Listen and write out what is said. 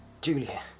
Julia